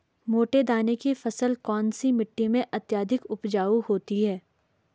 मोटे दाने की फसल कौन सी मिट्टी में अत्यधिक उपजाऊ होती है?